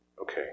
Okay